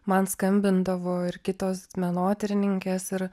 man skambindavo ir kitos menotyrininkės ir